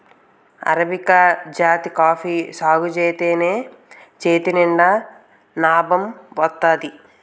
arabica జాతి coffee సాగుజేత్తేనే చేతినిండా నాబం వత్తాది